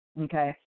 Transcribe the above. okay